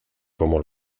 como